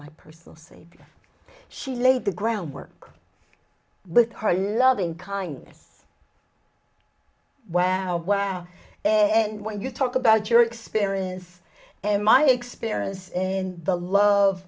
my personal savior she laid the groundwork with her loving kindness wow wow and when you talk about your experience and my experience and the love